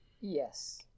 yes